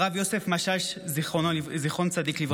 הרב יוסף משאש, זיכרון צדיק לברכה.